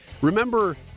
Remember